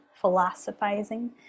philosophizing